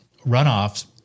runoffs